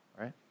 right